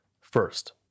first